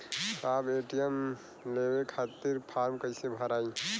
साहब ए.टी.एम लेवे खतीं फॉर्म कइसे भराई?